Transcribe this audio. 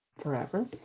forever